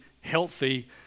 healthy